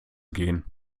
gehen